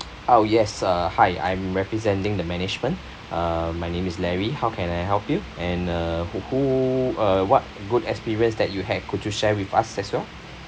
oh yes uh hi I'm representing the management uh my name is larry how can I help you and uh who who uh what good experience that you have could you share with us as well